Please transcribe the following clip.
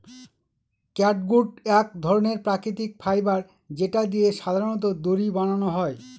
catgut এক ধরনের প্রাকৃতিক ফাইবার যেটা দিয়ে সাধারনত দড়ি বানানো হয়